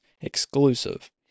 exclusive